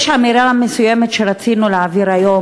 יש אמירה מסוימת שרצינו להעביר היום,